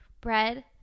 Bread